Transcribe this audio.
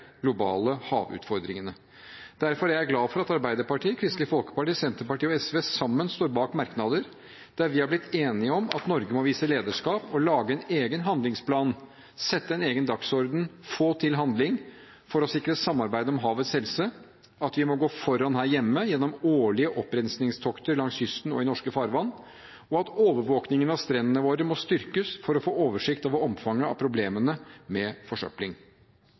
globale havutfordringene. Derfor er jeg glad for at Arbeiderpartiet, Kristelig Folkeparti, Senterpartiet og SV sammen står bak merknader der vi har blitt enige om at Norge må vise lederskap og lage en egen handlingsplan, sette en egen dagsorden, få til handling for å sikre samarbeid om havets helse, at vi må gå foran her hjemme gjennom årlige opprenskningstokt langs kysten og i norske farvann, og at overvåkningen av strendene våre må styrkes for å få oversikt over omfanget av problemene med forsøpling.